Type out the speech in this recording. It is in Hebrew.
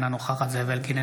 אינה נוכחת זאב אלקין,